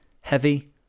heavy